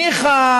ניחא,